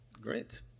Great